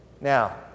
Now